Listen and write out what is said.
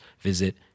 visit